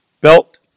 belt